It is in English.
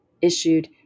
issued